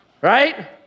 right